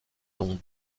dont